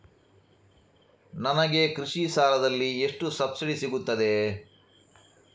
ನನಗೆ ಕೃಷಿ ಸಾಲದಲ್ಲಿ ಎಷ್ಟು ಸಬ್ಸಿಡಿ ಸೀಗುತ್ತದೆ?